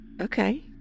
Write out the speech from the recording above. Okay